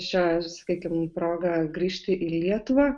šią sakykim progą grįžti į lietuvą